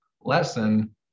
lesson